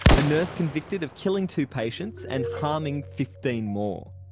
a nurse convicted of killing two patients and harming fifteen more.